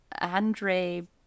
Andre